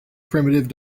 primitive